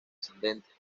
ascendente